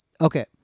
Okay